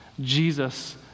Jesus